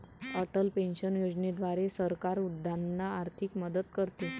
Atal pension योजनेद्वारे सरकार वृद्धांना आर्थिक मदत करते